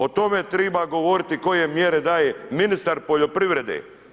O tome treba govoriti koje mjere daje ministar poljoprivrede.